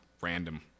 random